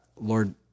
Lord